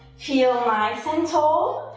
feel nice and tall,